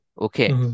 okay